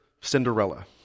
Cinderella